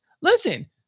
Listen